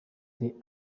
their